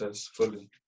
fully